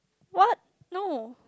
what no